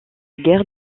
guerre